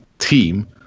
team